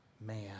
man